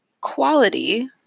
quality